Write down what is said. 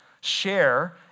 share